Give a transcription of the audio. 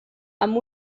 amb